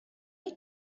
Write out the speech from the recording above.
you